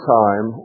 time